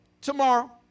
Tomorrow